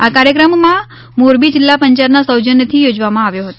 આ કાર્યક્રમ મોરબી જિલ્લા પંચાયતના સૌજન્યથી યોજવામાં આવ્યો હતો